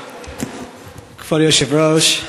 כבוד היושב-ראש,